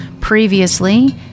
previously